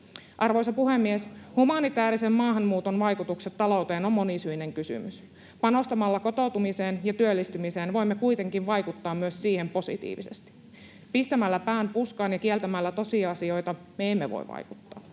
Arvoisa puhemies! Humanitäärisen maahanmuuton vaikutukset talouteen ovat monisyinen kysymys. Panostamalla kotoutumiseen ja työllistymiseen voimme kuitenkin vaikuttaa myös siihen positiivisesti. Pistämällä pään puskaan ja kieltämällä tosiasioita me emme voi vaikuttaa.